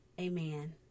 amen